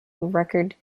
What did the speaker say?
record